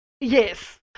Yes